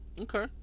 Okay